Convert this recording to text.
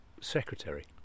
secretary